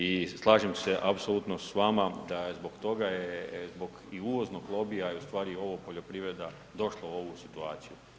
I slažem se apsolutno s vama da je zbog toga je zbog i uvoznog lobija i u stvari poljoprivreda došla u ovu situaciju.